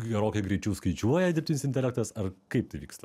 gerokai greičiau skaičiuoja dirbtinis intelektas ar kaip tai vyksta